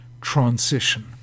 transition